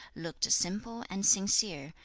looked simple and sincere,